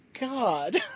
God